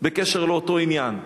בקשר לאותו עניין.